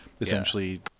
essentially